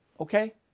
Okay